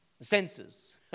senses